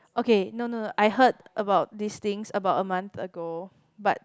okay no no no I heard about these things about a month ago but